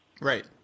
Right